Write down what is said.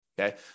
Okay